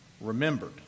Remembered